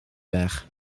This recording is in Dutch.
weg